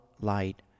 light